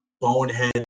bonehead